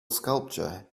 sculpture